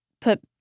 put